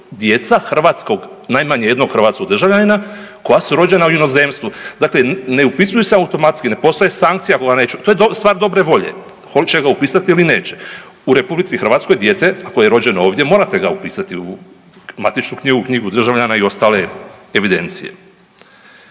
djeca hrvatskog, najmanje jednog hrvatskog državljanina koja su rođena u inozemstvu, dakle ne upisuju se automatski, ne postoji sankcija …/Govornik se ne razumije./… to je stvar dobre volje, hoće upisat ili neće. U RH dijete koje je rođeno ovdje, morate ga upisati u matičnu knjigu, knjigu državljana i ostale evidencije.